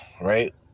right